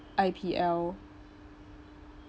I_P_L